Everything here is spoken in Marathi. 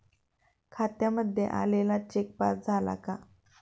खात्यामध्ये आलेला चेक पास झाला का?